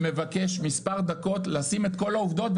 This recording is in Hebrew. אני מבקש מספר דקות לשים את כל העובדות,